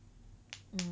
mm